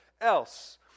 else